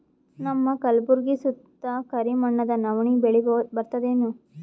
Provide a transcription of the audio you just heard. ನಮ್ಮ ಕಲ್ಬುರ್ಗಿ ಸುತ್ತ ಕರಿ ಮಣ್ಣದ ನವಣಿ ಬೇಳಿ ಬರ್ತದೇನು?